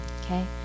okay